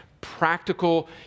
practical